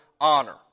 honor